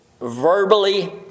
verbally